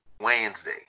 Wednesday